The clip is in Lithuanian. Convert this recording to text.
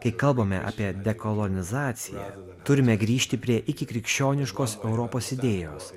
kai kalbame apie dekolonizaciją turime grįžti prie ikikrikščioniškos europos idėjos